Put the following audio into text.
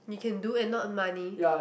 you can do and not money